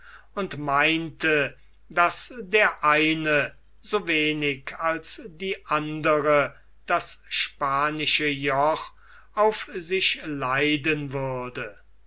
und meinte daß der eine so wenig als die andere das spanische joch auf sich leiden würde